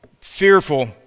fearful